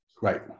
right